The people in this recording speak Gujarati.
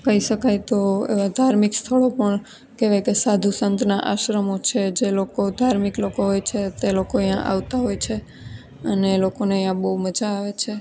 કહી શકાય તો ધાર્મિક સ્થળો પણ કહેવાય કે સાધુ સંતના આશ્રમો છે જે લોકો ધાર્મિક લોકો હોય છે તે લોકો અહીંયા આવતા હોય છે અને લોકોને અહીંયા બહુ મજા આવે છે